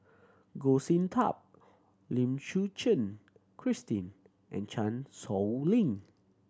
Goh Sin Tub Lim Suchen Christine and Chan Sow Lin